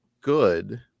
good